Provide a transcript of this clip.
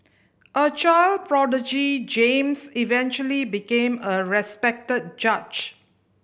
a child prodigy James eventually became a respected judge